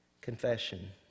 Confession